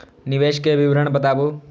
निवेश के विवरण बताबू?